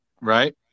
Right